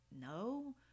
No